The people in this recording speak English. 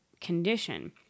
condition